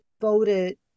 voted